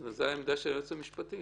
זה העמדה של היועץ המשפטי.